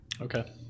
Okay